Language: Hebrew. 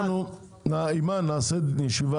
אימאן, נעשה ישיבה